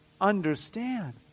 understand